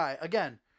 again